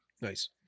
Nice